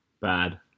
Bad